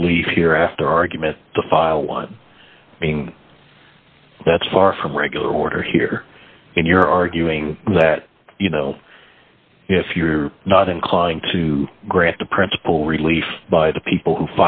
us leave here after argument to file one being that's far from regular order here and you're arguing that you know if you're not inclined to grant the principal relief by the people who